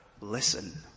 listen